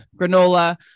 granola